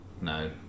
no